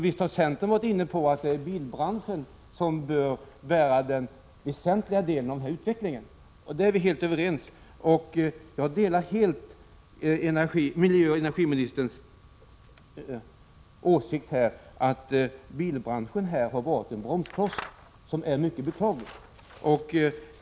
Visst har centern alltså varit inne på att bilbranschen skall bära den väsentliga kostnaden för utvecklingen i detta sammanhang. Vi är helt överens på den här punkten. Jag delar helt miljöoch energiministerns åsikt att bilbranschen i detta sammanhang har fungerat som en bromskloss, något som är mycket beklagligt.